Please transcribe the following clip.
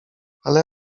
ale